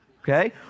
Okay